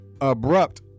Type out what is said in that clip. abrupt